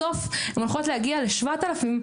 בסוף הן הולכות להגיע לשכר של כ-7,000+,